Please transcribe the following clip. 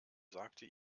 sagte